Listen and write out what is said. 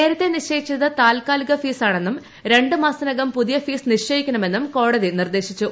നേരത്തെ നിശ്ചയിച്ചത് താൽക്കാലിക ഫീസ് ആണെന്നും രണ്ട് മാസത്തിനകം പുതിയ ഫീസ് നിശ്ചയിക്കണമെന്നും കോടതി നിർദ്ദേശിച്ചു